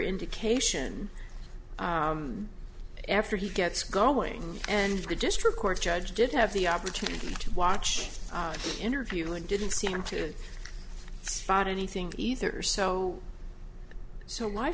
indication after he gets going and the district court judge did have the opportunity to watch the interview and didn't seem to spot anything either so so why